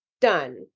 done